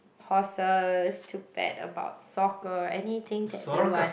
horses to bet about soccer anything that they want